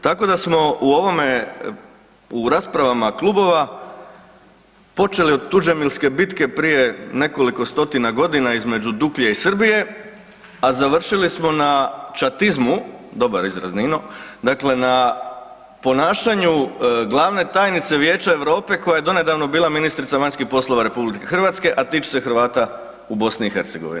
Tako da smo u ovome, u raspravama klubova počeli od Tuđemilske bitke prije nekoliko stotina godina između Duklje i Srbije, a završili smo na čatizmu, dobar izraz Nino, dakle na ponašanju glavne tajnice Vijeća Europe koja je donedavno bila ministrica RH, a tiče se Hrvata u BiH.